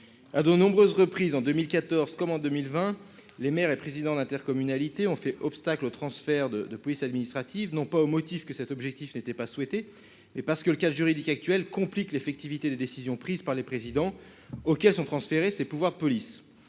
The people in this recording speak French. à de nombreuses reprises en 2014 comme en 2020 les maires et présidents d'intercommunalités ont fait obstacle au transfert de de police administrative, non pas au motif que cet objectif n'était pas souhaitée et parce que le juridique actuel complique l'effectivité des décisions prises par les présidents auxquels sont transférer ses pouvoirs de police,